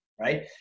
right